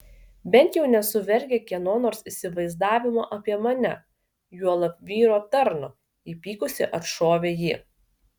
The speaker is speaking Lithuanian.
bent jau nesu vergė kieno nors įsivaizdavimo apie mane juolab vyro tarno įpykusi atšovė ji